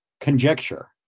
conjecture